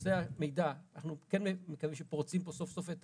ובנושא המידע אנחנו כן מקווים שפורצים פה סוף סוף,